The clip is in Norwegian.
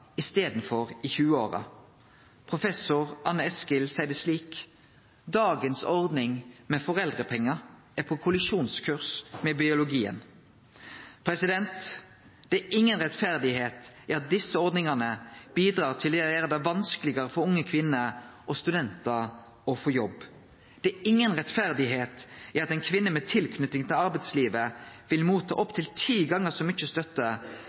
i staden for i 20-åra. Professor Anne Eskild seier det slik: «Dagens ordning for foreldrepenger er på kollisjonskurs med biologien.» Det er inga rettferd i at desse ordningane bidreg til å gjere det vanskelegare for unge kvinner og studentar å få barn. Det er inga rettferd i at ei kvinne med tilknyting til arbeidslivet vil få opptil ti gonger så mykje støtte